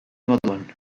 moduan